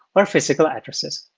or physical addresses.